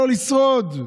לא לשרוד.